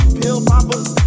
pill-poppers